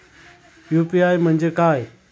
UPI म्हणजे काय?